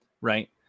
right